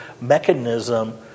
mechanism